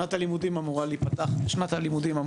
שנת הלימודים אמורה להיפתח בספטמבר,